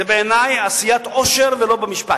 זה בעיני עשיית עושר ולא במשפט.